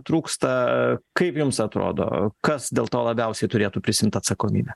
trūksta kaip jums atrodo kas dėl to labiausiai turėtų prisiimt atsakomybę